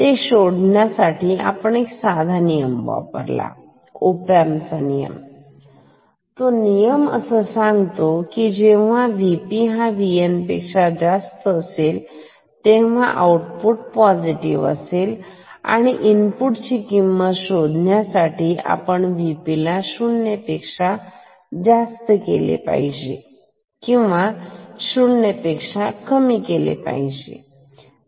ते शोधण्यासाठी आपण एक साधा नियम वापरला ओपॅम्प चा नियम तू नियम असे सांगतो की जेव्हा VP हा VNपेक्षा जास्त असेल त्यावेळी आउटपुट पॉझिटिव्ह होईल त्या इनपुट ची किंमत शोधण्यासाठी आपण VP ला शून्य पेक्षा जास्त केले किंवा शून्य पेक्षा कमी केले